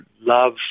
love